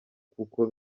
kuko